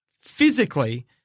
physically